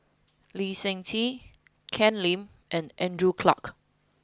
Lee Seng Tee Ken Lim and Andrew Clarke